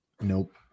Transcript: Nope